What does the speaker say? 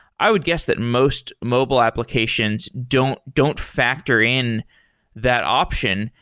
i would guess that most mobile applications don't don't factor in that option.